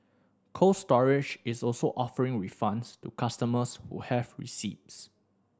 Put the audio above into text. Cold Storage is also offering refunds to customers who have receipts